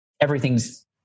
everything's